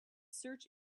search